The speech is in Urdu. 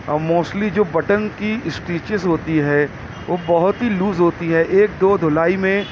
موسٹلی جو بٹن کی اسٹیچیز ہوتی ہے وہ بہت ہی لوز ہوتی ہے ایک دو دھلائی میں